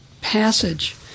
passage